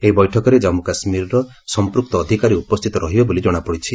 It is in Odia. ଏହି ବୈଠକରେ ଜାମ୍ମୁ କାଶ୍ମୀରର ସମ୍ପୂକ୍ତ ଅଧିକାରୀ ଉପସ୍ଥିତ ରହିବେ ବୋଲି ଜଣାପଡ଼ିଛି